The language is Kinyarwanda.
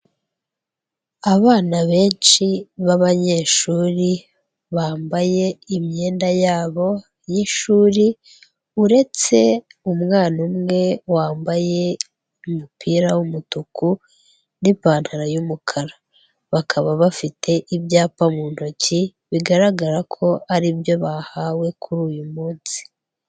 Abana benshi b'abanyeshuri bambaye imyenda yabo y'ishuri, uretse umwana umwe wambaye umupira w'umutuku n'ipantaro y'umukara. Bakaba bafite ibyapa mu ntoki, bigaragara ko ari ibyo bahawe kuri uyu munsi.